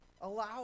allow